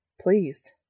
Please